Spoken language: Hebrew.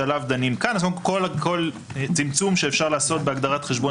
שעליו דנים כאן: כל צמצום שאפשר לעשות בהגדרת חשבון